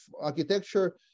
architecture